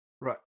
Right